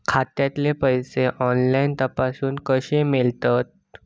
खात्यातले पैसे ऑनलाइन तपासुक कशे मेलतत?